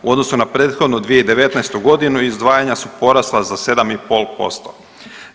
U odnosu na prethodnu 2019. godinu izdvajanja su porasla za 7,5%